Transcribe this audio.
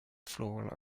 floral